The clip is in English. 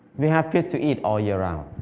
we have fish to eat all year round.